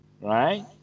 right